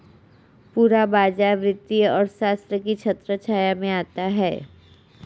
पूरा बाजार वित्तीय अर्थशास्त्र की छत्रछाया में आता है